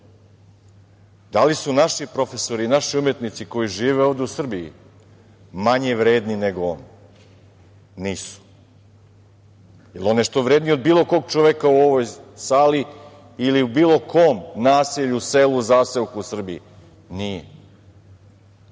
Da li su naši profesori i naši umetnici koji žive ovde u Srbiji manje vredni nego oni? Nisu. Jel on nešto vredniji od bilo kog čoveka u ovoj sali ili u bilo kom naselju, selu, zaseoku u Srbiji? Nije. Ali